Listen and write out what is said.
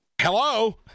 hello